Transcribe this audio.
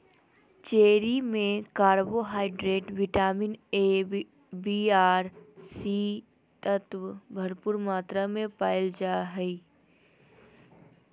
cherry में carbohydrate, vitamin A, B आर C तत्व भरपूर मात्रा में पायल जा हइ